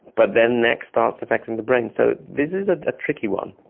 but then next starts affecting the brain. so this is a tricky one.